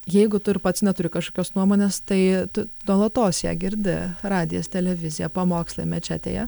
jeigu tu ir pats neturi kažkokios nuomonės tai tu nuolatos ją girdi radijas televizija pamokslai mečetėje